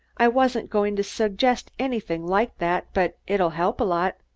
i wasn't going to suggest anything like that, but it'll help a lot.